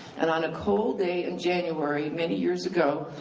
and on a cold day in january, many years ago,